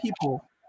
people